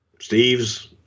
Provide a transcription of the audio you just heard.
Steve's